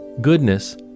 goodness